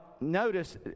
notice